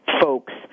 folks